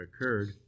occurred